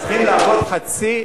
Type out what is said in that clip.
צריכים לעבוד חצי,